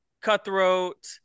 cutthroat